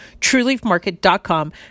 Trueleafmarket.com